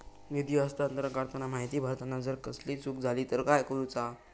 निधी हस्तांतरण करताना माहिती भरताना जर कसलीय चूक जाली तर काय करूचा?